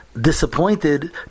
disappointed